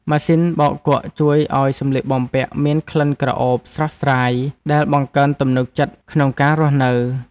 ម៉ាស៊ីនបោកគក់ជួយឱ្យសម្លៀកបំពាក់មានក្លិនក្រអូបស្រស់ស្រាយដែលបង្កើនទំនុកចិត្តក្នុងការរស់នៅ។